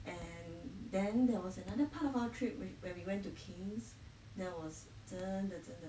and then there was another part of our trip with where we went to king's there was 真的真的